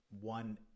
one